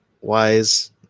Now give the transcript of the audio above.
wise